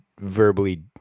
verbally